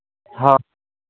हाँ